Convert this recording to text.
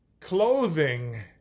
clothing